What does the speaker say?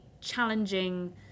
challenging